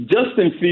Justin